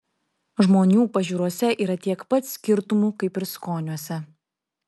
žmonių pažiūrose yra tiek pat skirtumų kaip ir skoniuose